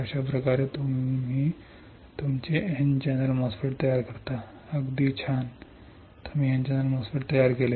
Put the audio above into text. अशाप्रकारे तुम्ही तुमचे N चॅनेल MOSFET तयार करता अगदी छान तुम्ही N चॅनेल MOSFET तयार केले